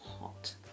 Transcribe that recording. hot